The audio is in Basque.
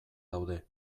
daude